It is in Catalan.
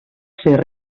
ser